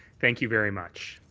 thank you very much.